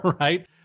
Right